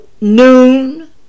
noon